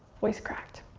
voice cracked.